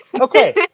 Okay